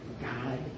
God